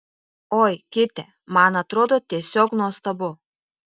oi kitę man atrodo tiesiog nuostabu